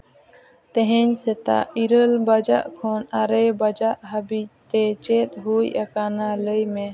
ᱛᱮᱦᱮᱧ ᱥᱮᱛᱟᱜ ᱤᱨᱟᱹᱞ ᱵᱟᱡᱟᱜ ᱠᱷᱚᱱ ᱟᱨᱮ ᱵᱟᱡᱟᱜ ᱦᱟᱹᱵᱤᱡ ᱛᱮ ᱪᱮᱫ ᱦᱩᱭ ᱟᱠᱟᱱᱟ ᱞᱟᱹᱭ ᱢᱮ